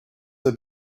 have